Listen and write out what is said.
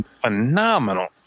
Phenomenal